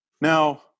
Now